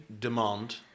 demand